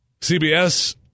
CBS